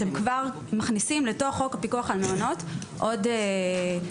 אתם כבר מכניסים לתוך חוק הפיקוח על מעונות עוד משפחתונים.